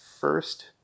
First